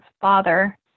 father